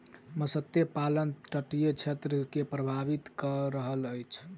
मत्स्य पालन तटीय क्षेत्र के प्रभावित कय रहल अछि